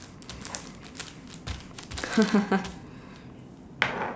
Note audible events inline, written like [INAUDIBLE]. [LAUGHS]